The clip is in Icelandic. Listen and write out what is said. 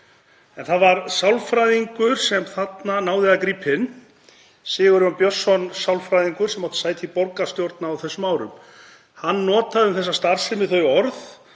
En það var sálfræðingur sem þarna náði að grípa inn í, Sigurjón Björnsson, sálfræðingur, sem átti sæti í borgarstjórn á þessum árum. Hann notaði um þessa starfsemi þau orð